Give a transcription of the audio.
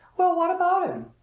well, what about him?